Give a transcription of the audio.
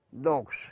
dogs